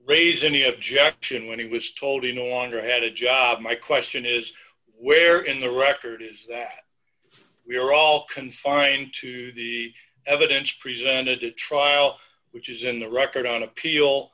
raise any objection when he was told in on or had a job my question is where in the record is that we are all confined to the evidence presented at trial which is in the record on appeal